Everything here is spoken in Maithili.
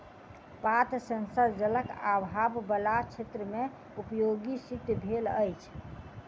पात सेंसर जलक आभाव बला क्षेत्र मे उपयोगी सिद्ध भेल अछि